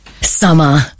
summer